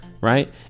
Right